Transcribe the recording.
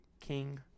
King